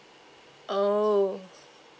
oh